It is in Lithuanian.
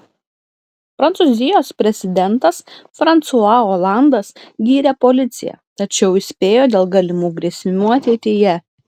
prancūzijos prezidentas fransua olandas gyrė policiją tačiau įspėjo dėl galimų grėsmių ateityje